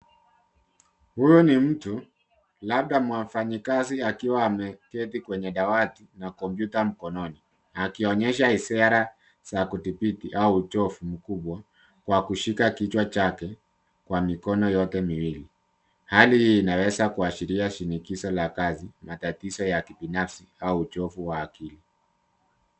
Huyu ni mtu labda mwafanyikazi akiwa ameketi kwenye dawati na kompyuta mkononi , akionyesha hisia za kudhibiti au uchovu mkubwa kwa kushika kichwa chake kwa mikono yote miwili, Hali inaweza kuashiria shinikizo la kazi ,matatizo ya kibinafsi au uchovu wa akili.